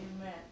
Amen